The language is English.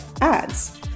ads